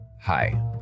Hi